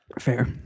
Fair